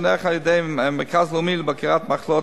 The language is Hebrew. שנערך על-ידי המרכז הלאומי לבקרת מחלות,